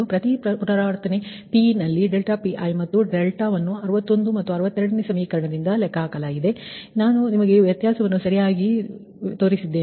ಮತ್ತು ಪ್ರತಿ ಪುನರಾವರ್ತನೆಯ ಪಿನಲ್ಲಿ ∆Pi ಮತ್ತು ಡೆಲ್ಟಾವನ್ನು 61 ಮತ್ತು 62ನೇ ಸಮೀಕರಣದಿಂದ ಲೆಕ್ಕಹಾಕಲಾಗುತ್ತದೆ ಇದೀಗ ನಾನು ನಿಮಗೆ ವ್ಯತ್ಯಾಸವನ್ನು ಸರಿಯಾಗಿ ತೋರಿಸಿದ್ದೇನೆ